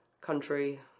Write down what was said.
country